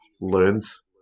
learns